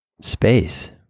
space